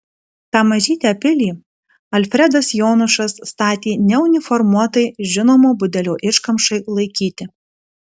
tą mažytę pilį alfredas jonušas statė ne uniformuotai žinomo budelio iškamšai laikyti